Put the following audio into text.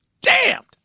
damned